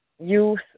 Youth